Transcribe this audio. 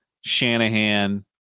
Shanahan